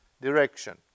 direction